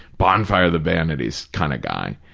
bonfire of the vanities kind of guy,